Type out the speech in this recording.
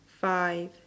five